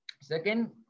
Second